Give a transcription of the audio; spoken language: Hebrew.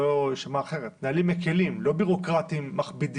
לא מבקשים שום דבר מעבר,